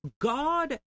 God